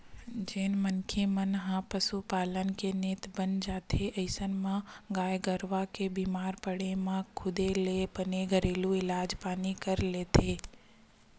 जेन मनखे मन ह पसुपालन के नेत बने जानथे अइसन म गाय गरुवा के बीमार पड़े म खुदे ले बने घरेलू इलाज पानी कर लेथे